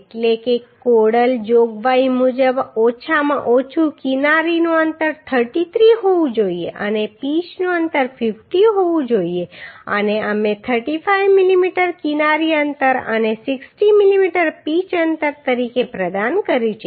તેથી કોડલ જોગવાઈ મુજબ ઓછામાં ઓછું કિનારીનું અંતર 33 હોવું જોઈએ અને પિચનું અંતર 50 હોવું જોઈએ અને અમે 35 mm કિનારી અંતર અને 60 mm પિચ અંતર તરીકે પ્રદાન કર્યું છે